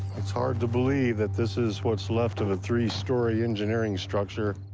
it's hard to believe that this is what's left of a three story engineering structure.